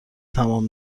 تمام